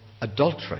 adultery